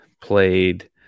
played